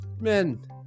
men